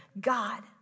God